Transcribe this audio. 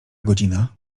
godzina